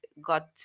got